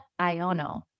Iono